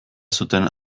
zuten